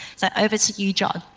so, over to you, john.